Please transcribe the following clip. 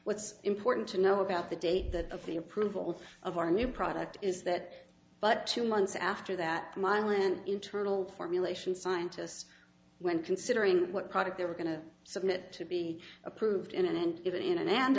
what's important to know about the date that of the approval of our new product is that but two months after that milan internal formulation scientists when considering what product they were going to submit to be approved in and even in